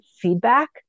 feedback